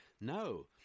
No